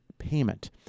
payment